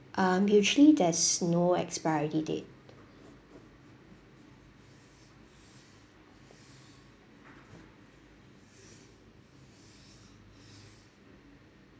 um usually there's no expiry date